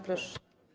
Proszę.